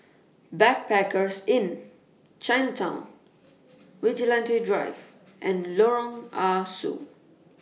Backpackers Inn Chinatown Vigilante Drive and Lorong Ah Soo